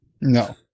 No